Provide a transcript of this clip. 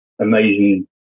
amazing